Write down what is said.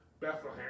Bethlehem